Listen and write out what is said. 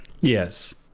Yes